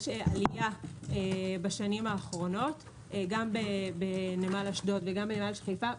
יש עלייה בשנים האחרונות גם בנמל אשדוד וגם בנמל חיפה.